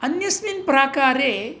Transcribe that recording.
अन्यस्मिन् प्राकारे